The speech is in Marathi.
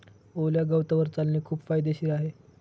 ओल्या गवतावर चालणे खूप फायदेशीर आहे